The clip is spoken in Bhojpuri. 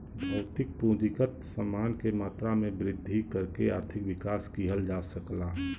भौतिक पूंजीगत समान के मात्रा में वृद्धि करके आर्थिक विकास किहल जा सकला